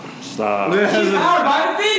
Stop